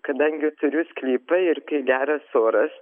kadangi turiu sklypą ir kai geras oras